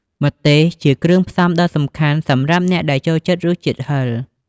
ម្ទេសជាគ្រឿងផ្សំដ៏សំខាន់សម្រាប់អ្នកដែលចូលចិត្តរសជាតិហឹរ។